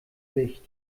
licht